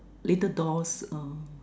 little dolls um